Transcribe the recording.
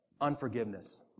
unforgiveness